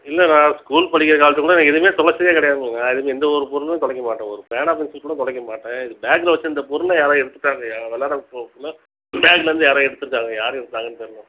இல்லை நான் ஸ்கூல் படிக்கிற காலத்திலக்கூட நான் எதுவுமே தொலைச்சதே கிடையாது மேம் அது மாதிரி எந்த ஒரு பொருளும் தொலைக்கமாட்டேன் ஒரு பேனா பென்சிலைக்கூட தொலைக்கமாட்டேன் இது பேக்கில் வைச்சிருந்த பொருளை யாரோ எடுத்துவிட்டாங்க நான் விளையாட போகக்குள்ள பேக்கிலேருந்து யாரோ எடுத்திருக்காங்க யார் எடுத்தாங்கன்னு தெரில மேம்